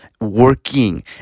working